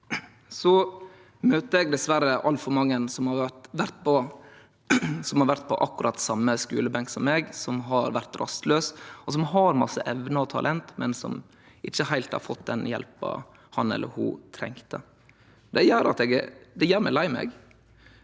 møter eg dessverre altfor mange som har vore på akkurat den same skulebenken som eg, som har vore rastlause, og som har masse evner og talent, men som ikkje heilt har fått den hjelpa han eller ho trong. Det gjer meg lei meg,